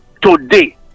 today